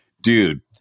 dude